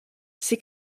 ces